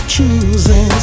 Choosing